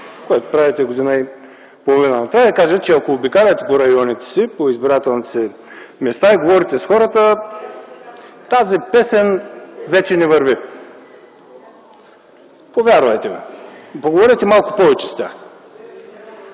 което правите вече година и половина. Трябва да ви кажа, че ако обикаляте по районите си, по избирателните си места и говорите с хората, тази песен вече не върви. Повярвайте ми! Поговорете малко повече с тях.